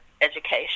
education